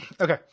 Okay